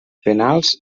penals